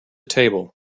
table